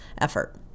effort